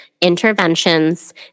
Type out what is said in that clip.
interventions